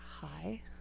hi